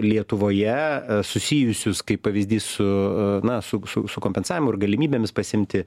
lietuvoje susijusius kaip pavyzdys su na su su su kompensavimu ir galimybėmis pasiimti